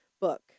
book